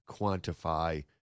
quantify